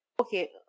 Okay